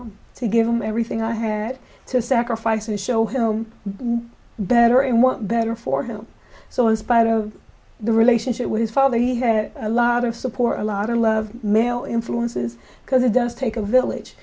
to give him everything i had to sacrifice and show him better and better for him so in spite of the relationship with his father he had a lot of support a lot of love male influences because it does take a village